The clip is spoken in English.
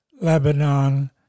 Lebanon